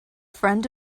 friend